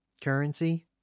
currency